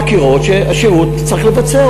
חקירות שהשירות צריך לבצע.